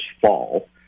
fall